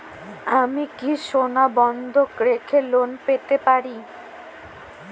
আমি কি সোনা বন্ধক রেখে লোন পেতে পারি?